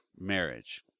marriage